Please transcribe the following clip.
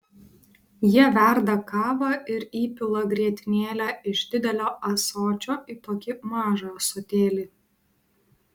jie verda kavą ir įpila grietinėlę iš didelio ąsočio į tokį mažą ąsotėlį